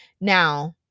now